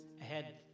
ahead